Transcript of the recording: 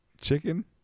chicken